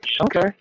okay